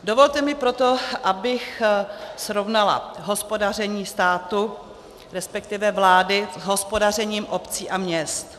Dovolte mi proto, abych srovnala hospodaření státu, resp. vlády, s hospodařením obcí a měst.